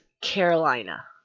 Carolina